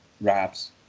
wraps